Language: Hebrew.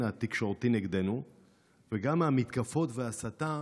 התקשורתי נגדנו וגם מהמתקפות וההסתה,